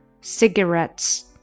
cigarettes